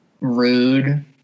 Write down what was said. rude